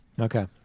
Okay